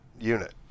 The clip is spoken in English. unit